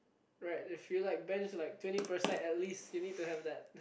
right if you like bench like twenty per side at least you need to have that